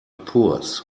pours